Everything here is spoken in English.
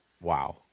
Wow